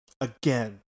Again